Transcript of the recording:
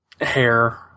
hair